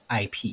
IP